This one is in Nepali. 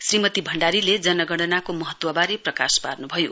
श्रीमती भण्डारीले जनगणनाको महत्वबारे प्रकाश पार्नु भयो